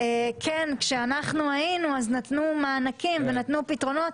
כשאנחנו היינו נתנו מענקים ופתרונות.